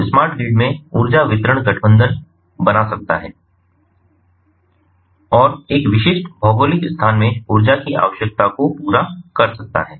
तो smart grid में ऊर्जा वितरण गठबंधन बना सकता है और एक विशिष्ट भौगोलिक स्थान में ऊर्जा की आवश्यकता को पूरा कर सकता है